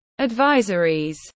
advisories